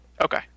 Okay